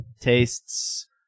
tastes